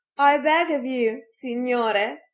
i beg of you, signore!